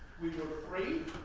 we were free,